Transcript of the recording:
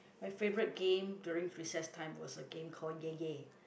my favourite game during recess time was a game called yay yay